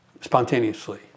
spontaneously